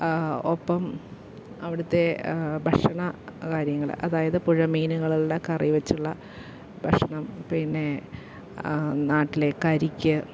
ഒപ്പം അവിടുത്തെ ഭക്ഷണ കാര്യങ്ങൾ അതായത് പുഴ മീനുകളുള്ള കറിവെച്ചുള്ള ഭക്ഷണം പിന്നെ നാട്ടിലെ കരിക്ക്